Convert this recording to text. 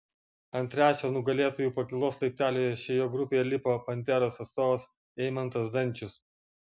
ant trečio nugalėtojų pakylos laiptelio šioje grupėje lipo panteros atstovas eimantas zdančius